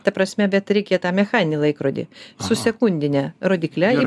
ta prasme bet reikia tą mechaninį laikrodį su sekundine rodykle ir